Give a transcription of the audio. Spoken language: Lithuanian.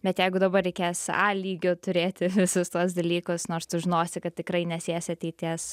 bet jeigu dabar reikės a lygiu turėti visus tuos dalykus nors tu žinosi kad tikrai nesiesi ateities